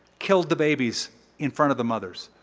killed the babies in front of the mothers.